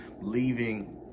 leaving